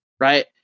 Right